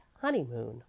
honeymoon